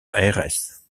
aires